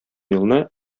елны